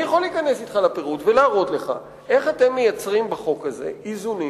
אני יכול להיכנס אתך לפירוט ולהראות לך איך אתם מייצרים בחוק הזה איזונים